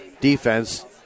defense